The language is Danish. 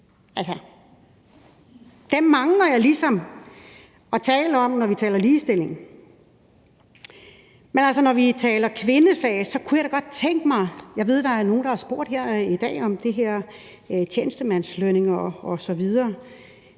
Dem mangler man ligesom at tale om, når vi taler ligestilling. Men når vi taler kvindefag, kunne jeg da godt tænke mig – og jeg ved, at der er nogle, der her i dag har spurgt om det her med tjenestemandslønninger osv.